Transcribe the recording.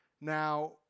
Now